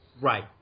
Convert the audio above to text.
Right